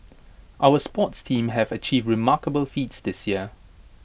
our sports teams have achieved remarkable feats this year